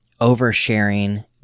oversharing